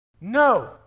No